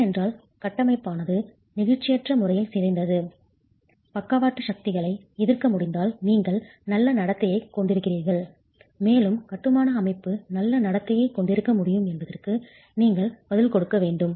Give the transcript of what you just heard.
ஏனென்றால் கட்டமைப்பானது நெகிழ்ச்சியற்ற முறையில் சிதைந்து பக்கவாட்டு லேட்ரல் சக்திகளை எதிர்க்க முடிந்தால் நீங்கள் நல்ல நடத்தையைக் கொண்டிருக்கிறீர்கள் மேலும் கட்டுமான அமைப்பு நல்ல நடத்தையைக் கொண்டிருக்க முடியும் என்பதற்கு நீங்கள் பதில் கொடுக்க வேண்டும்